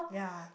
yeah